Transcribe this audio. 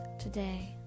today